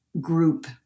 group